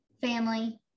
family